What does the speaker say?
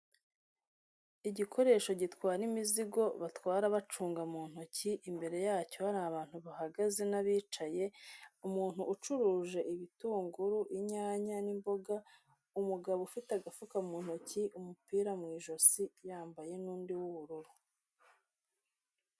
Igikoresho gitwara imizigo, batwara bacunga mu ntoki, imbere yacyo hari abantu bahagaze n'abicaye, umuntu ucuruje ibitunguru, inyanya, n'imboga, umugabo ufite agafuka mu ntoki, umupira mu ijosi, yambaye n'undi w'ubururu.